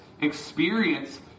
experience